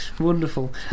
wonderful